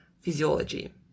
physiology